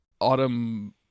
autumn